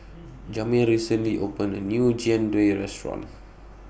Jamir recently opened A New Jian Dui Restaurant